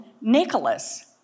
Nicholas